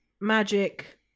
magic